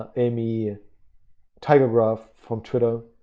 ah emmy type of graph from twitter,